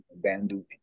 Bandu